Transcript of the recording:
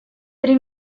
три